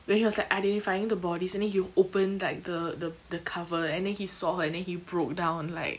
when he was like identifying the bodies and then he opened like the the the cover and then he saw her and then he broke down like